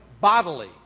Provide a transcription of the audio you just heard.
bodily